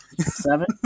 seven